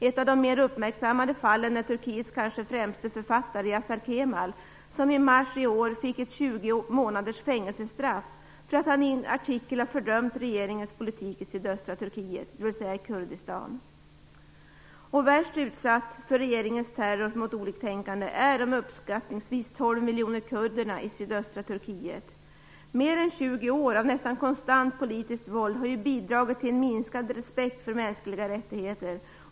Ett av de mer uppmärksammade fallen är Turkiets kanske främste författare Yasar Kemal, som i mars i år fick ett 20 månaders fängelsestraff för att i en artikel ha fördömt regeringens politik i sydöstra Turkiet, dvs. Kurdistan. Värst utsatta för regeringens terror mot oliktänkande är de uppskattningsvis 12 miljoner kurderna i sydöstra Turkiet. Mer än 20 år av nästan konstant politiskt våld har bidragit till en minskad respekt för mänskliga rättigheter.